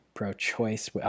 Pro-choice